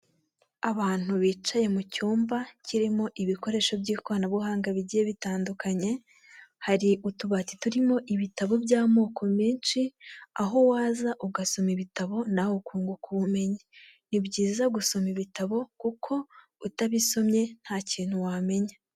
Abantu bicaye mu cyumba kirimo ibikoresho by'ikoranabuhanga bigiye bitandukanye, hari utubati turimo ibitabo by'amoko menshi, aho waza ugasoma ibitabo nawe ukunguka ubumenyi. Ni byiza gusoma ibitabo, kuko utabisomye nta kintu wamenya.